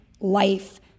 life